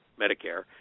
Medicare